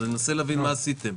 אני מנסה להבין מה עשיתם.